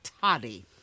toddy